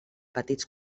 petits